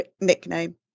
nickname